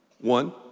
One